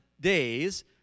days